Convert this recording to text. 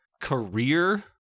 career